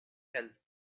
health